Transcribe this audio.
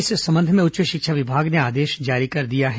इस संबंध में उच्च शिक्षा विभाग ने आदेश जारी कर दिया है